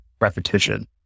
repetition